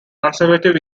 conservative